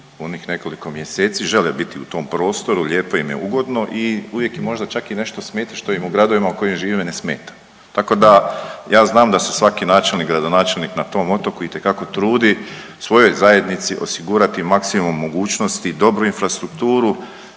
nekoliko mjeseci, žele biti u tom prostoru, lijepo im je, ugodno i uvijek im možda čak i nešto smeta što u gradovima u kojim žive ne smeta. Tako da ja znam da se svaki načelnik, gradonačelnik na tom otoku itekako trudi svojoj zajednici osigurati maksimum mogućnosti i dobru infrastrukturu